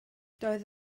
doedd